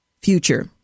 Future